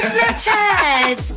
Snapchat